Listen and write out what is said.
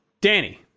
danny